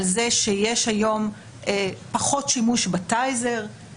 על זה שיש היום פחות שימוש בטייזר,